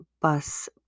bus